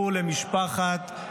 אלא חובה של ממש להעדיף את נכי